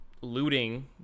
looting